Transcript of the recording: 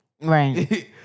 Right